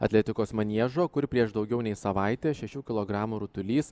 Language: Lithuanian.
atletikos maniežo kur prieš daugiau nei savaitę šešių kilogramų rutulys